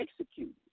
executed